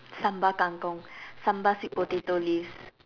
sambal Kang-kong sambal sweet potato leaves